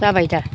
जाबाय दा